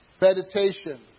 meditation